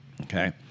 okay